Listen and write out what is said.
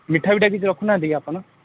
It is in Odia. ମିଠାପିଠା କିଛି ରଖୁନାହାଁନ୍ତି କି ଆପଣ